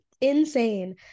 Insane